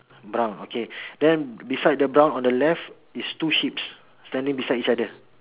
brown okay then beside the brown on the left is two sheep's standing beside each other